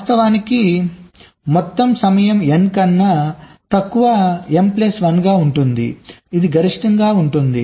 వాస్తవానికి మొత్తం సమయం n కన్నా తక్కువ m ప్లస్ 1 గా ఉంటుంది ఇది గరిష్టంగా ఉంటుంది